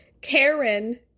karen